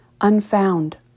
unfound